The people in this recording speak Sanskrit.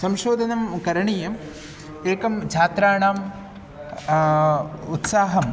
संशोधनं करणीयम् एकं छात्राणाम् उत्साहं